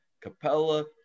Capella